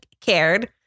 cared